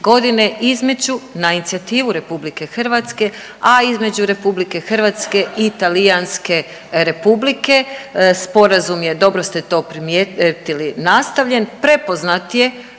2017.g. između na inicijativu RH, a između RH i Talijanske Republike. Sporazum je, dobro ste to primijetili nastavljen, prepoznat je